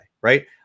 right